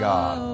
God